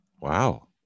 Wow